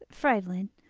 friedlin,